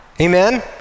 amen